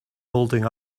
holding